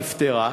נפתרה?